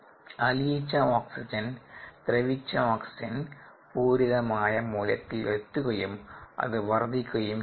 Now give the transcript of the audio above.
അലിയിച്ച oxygen ദ്രവിച്ച oxygen പൂരിത മായ മൂല്യത്തിൽ എത്തുകയും അത് വർദ്ധിക്കുകയും ചെയ്യുന്നു